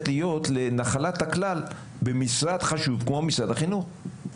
להיות לנחלת הכלל במשרד חשוב כמו משרד החינוך.